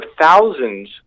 thousands